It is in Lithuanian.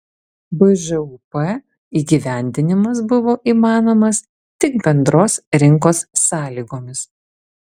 bžūp įgyvendinimas buvo įmanomas tik bendros rinkos sąlygomis